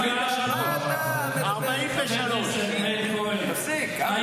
43. תפסיק, אבי.